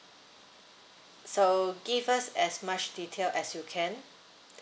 so give us as much detail as you can